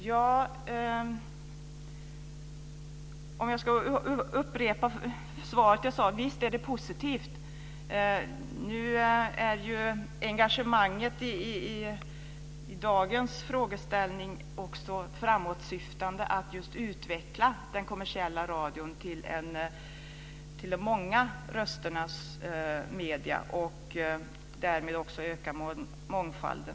Fru talman! Jag ska upprepa svaret: Visst är det positivt. Nu är engagemanget i dagens frågeställning framåtsyftande, att just utveckla den kommersiella radion till de många rösternas medium därmed också mångfalden.